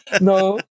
No